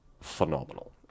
phenomenal